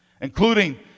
Including